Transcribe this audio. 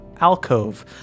alcove